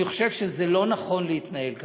אני חושב שלא נכון להתנהל ככה.